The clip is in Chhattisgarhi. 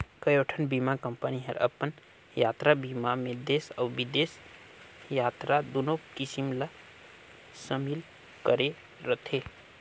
कयोठन बीमा कंपनी हर अपन यातरा बीमा मे देस अउ बिदेस यातरा दुनो किसम ला समिल करे रथे